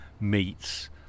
meets